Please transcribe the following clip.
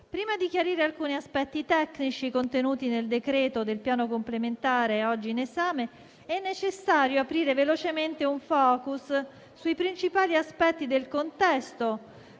prima di chiarire alcuni aspetti tecnici contenuti nel decreto-legge relativo al Piano complementare oggi in esame, è necessario aprire velocemente un *focus* sui principali aspetti del contesto